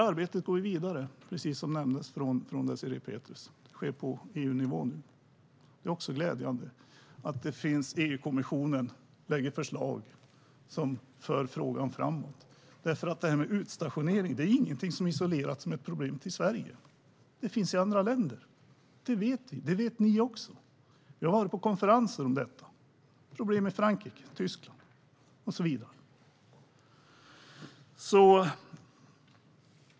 Arbetet går vidare, precis som Désirée Pethrus nämnde. Det sker nu på EU-nivå. Det är också glädjande att EU-kommissionen lägger fram förslag som för frågan framåt. Utstationering är inte ett problem som finns isolerat i Sverige. Problemet finns i andra länder. Det vet ni också. Vi har varit på konferenser om problemet. Det finns problem i Frankrike och Tyskland, och så vidare.